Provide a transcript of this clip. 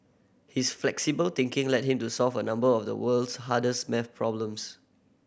his flexible thinking led him to solve a number of the world's hardest maths problems